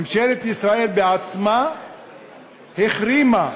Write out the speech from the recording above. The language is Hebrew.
ממשלת ישראל בעצמה החרימה,